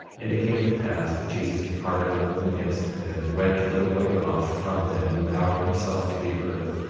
and it came to pass that jesus departed out of the midst of them, and went a little way off from them and bowed himself to the earth,